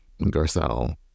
garcelle